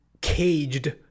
caged